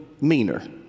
meaner